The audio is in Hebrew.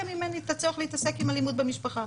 ממני את הצורך להתעסק עם אלימות במשפחה.